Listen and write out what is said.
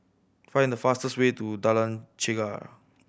find the fastest way to Jalan Chegar